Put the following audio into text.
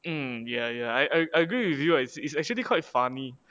mm ya ya I I agree with you lah it's it's actually quite funny